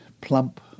plump